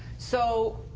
so,